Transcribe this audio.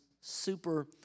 super